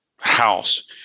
house